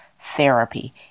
therapy